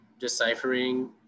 deciphering